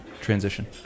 transition